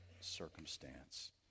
circumstance